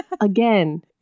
Again